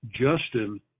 Justin